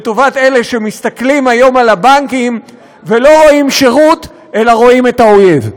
לטובת אלה שמסתכלים היום על הבנקים ולא רואים שירות אלא רואים את האויב.